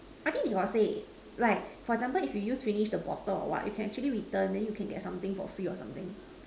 I think they got say like for example if you use finish the bottle or what you can actually return then you can get something for free or something